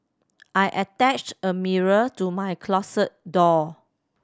I attached a mirror to my closet door